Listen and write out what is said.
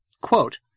Quote